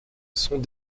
sont